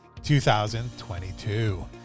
2022